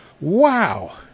Wow